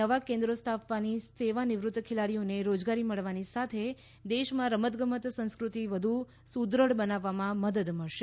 નવા કેન્દ્રો સ્થાપવાથી સેવાનિવૃત્ત ખેલાડીઓને રોજગારી મળવાની સાથે દેશમાં રમત ગમત સંસ્કૃતિ વધુ સુદૃઢ બનાવવામાં મદદ મળશે